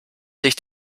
sich